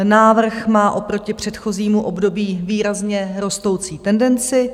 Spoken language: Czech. Návrh má oproti předchozímu období výrazně rostoucí tendenci.